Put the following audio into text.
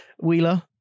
Wheeler